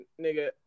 nigga